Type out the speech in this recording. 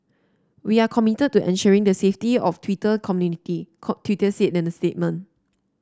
we are committed to ensuring the safety of Twitter community Twitter said in the statement